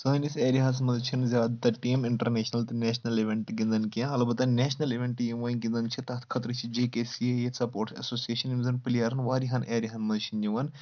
سٲنِس ایرِیا ہَس منٛز چھِنہٕ زیادٕ تر ٹیٖم اِنٛٹَرنیٚشنَل تہٕ نیٚشنَل اِویٚنٛٹ گِنٛدان کینٛہہ البَتہ نیٚشنَل اِویٚنٛٹ یِم وۄنۍ گِنٛدان چھِ تَتھ خٲطرٕ چھِ جے کے سی ییٚتہِ سپُوٹٕس ایٚسوسِیشَن یِم زَن پٕلیٚرَن واریاہَن ایٚریا ہَن منٛز چھِ نِوان